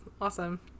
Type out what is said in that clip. awesome